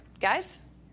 Guys